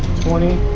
twenty